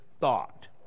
thought